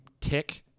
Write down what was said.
tick